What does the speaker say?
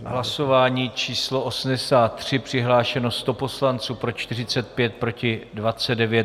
Hlasování číslo 83, přihlášeno 100 poslanců, pro 45, proti 29.